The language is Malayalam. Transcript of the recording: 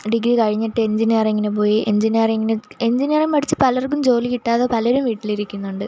ഡിഗ്രി കഴിഞ്ഞിട്ട് എഞ്ചിനിയറിംഗിന് പോയി എഞ്ചിനിയറിംഗിന് എഞ്ചിനിയറിംഗ് പഠിച്ച് പലർക്കും ജോലി കിട്ടാതെ പലരും വീട്ടിലിരിക്കുന്നുണ്ട്